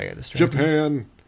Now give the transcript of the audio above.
Japan